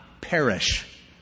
perish